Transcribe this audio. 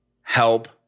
help